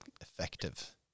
effective